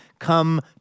Come